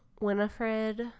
Winifred